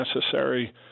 necessary